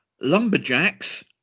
Lumberjacks